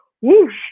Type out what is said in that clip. whoosh